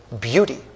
Beauty